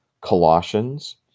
Colossians